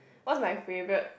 what's my favourite